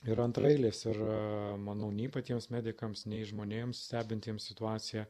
yra antraeilės ir manau nei patiems medikams nei žmonėms stebintiems situaciją